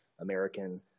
American